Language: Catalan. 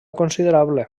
considerable